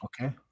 Okay